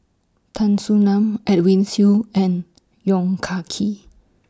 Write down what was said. Tan Soo NAN Edwin Siew and Yong Ka Kee